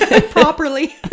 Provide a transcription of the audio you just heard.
properly